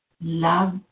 Love